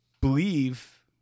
believe